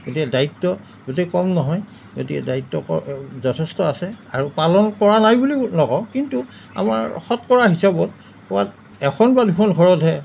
গতিকে দায়িত্ব গোটেই কম নহয় গতিকে দায়িত্ব ক যথেষ্ট আছে আৰু পালন কৰা নাই বুলিও নকওঁ কিন্তু আমাৰ শতকৰা হিচাপত ক'ৰবাত এখন বা দুখন ঘৰতহে